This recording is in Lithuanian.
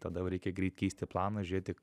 tada jau reikia greit keisti planą žiūrėti